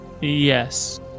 Yes